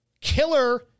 killer